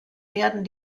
werden